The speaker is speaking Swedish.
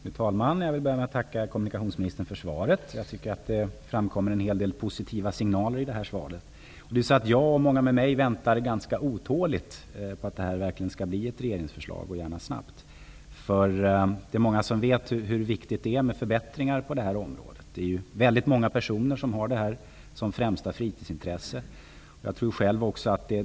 Fru talman! Jag vill börja med att tacka kommunikationsministern för svaret. Det framkommer en hel del positiva signaler i svaret. Jag och många med mig väntar ganska otåligt på att det skall bli ett regeringsförslag, och gärna snabbt. Det är många som vet hur viktigt det är med förbättringar på detta område. Många personer har detta som främsta fritidsintresse.